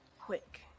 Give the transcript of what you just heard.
quick